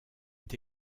est